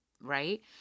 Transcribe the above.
right